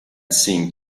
seen